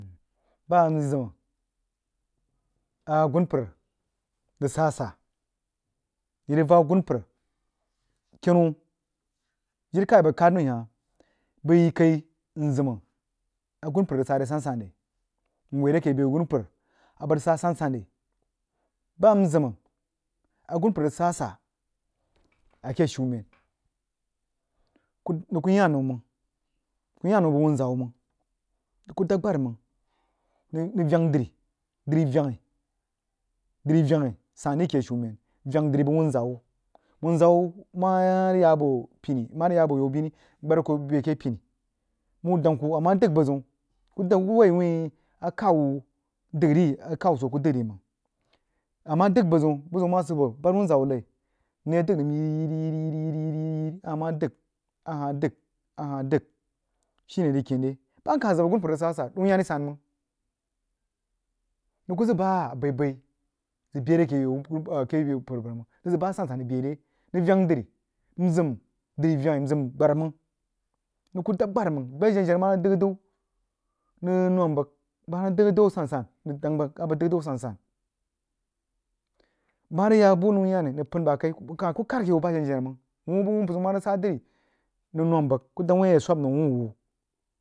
Bah nzəmah a gampər rig sah-sah yi rig vak agumpər kenu jir kari a bəg rig khad mai hah bəi kai nzəm agumpər rig seh re san-san re nwoí re ke beh agumpər a bəg rig seh san-san re bah nzən agumpər rig sah-sah a ke shumen nəng kuh yaan nou mang nəng kuh yaan nou bəg whunzah wuh mang nəng kuh dahb ghar mang nəng vang dri duí venghai san rí keh shuman veng dri bəg uhun zah wuh wuhnzah mah rig ya boh pini mah rig yaba yaibini gbad bəi keh pini muh dang kuh ame dəg buh zəun kuh dang wuin aku uhh dəgha rí akau soo kuh dəghi ri mang a mas dəg nəm yiri yiri yiri a hah mah dəg ahah dəg shire rig ken re bah nk ab zəm agumpər rig sah-sah non yani san meng nəng kah zəg beh abaibai zəg bəa re yau npər mang nəng zəg bal san-san rig bəe re nəng veng dri nzəm drí vərghi nzəm gbam meng nəng kuh dab gbar mang jen jenah moh dəg adəu nang nom bəg bəg meh rig dəg adou asan-san bəg moh rig yak bəg nou yeni nəng pən bah kai nən kuh kah a ke yon bah jenjenah mang wuh wuh bəg wuuh mah rig sah dri nəng nom bəg kuh dang whin a rig swab nou wuh wuh mang.